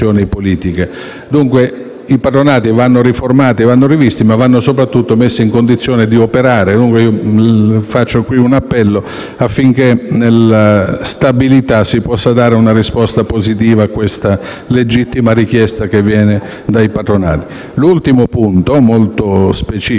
Dunque i patronati vanno riformati e rivisti, ma vanno soprattutto messi in condizioni di operare. Faccio qui un appello affinché nella legge di stabilità si possa dare una risposta positiva alla legittima richiesta che proviene dai patronati. L'ultimo punto molto specifico,